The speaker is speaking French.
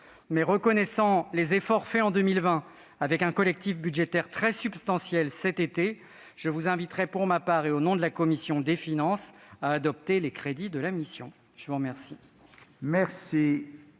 reconnaissant les efforts faits en 2020, avec un collectif budgétaire très substantiel cet été, je vous inviterai pour ma part et au nom de la commission des finances à adopter les crédits de cette mission. La parole